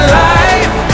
life